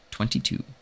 Twenty-two